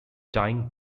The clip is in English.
tying